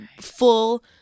full